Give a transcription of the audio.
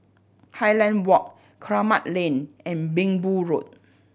Highland Walk Kramat Lane and Minbu Road